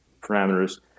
parameters